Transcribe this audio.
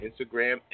Instagram